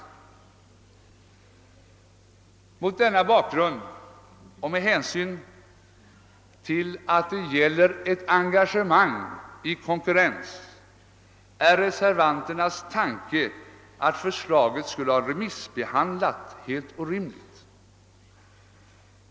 Mot denna bakgrund och med hänsyn till att det gäller ett engagemang i konkurrens är reservanternas tanke att förslaget skulle ha remissbehandlats helt orimlig.